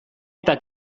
eta